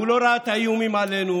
הוא לא ראה את האיומים עלינו,